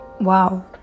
Wow